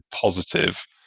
positive